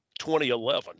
2011